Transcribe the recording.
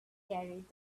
carried